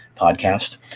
podcast